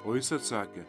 o jis atsakė